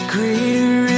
Greater